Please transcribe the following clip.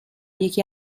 یکی